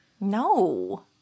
No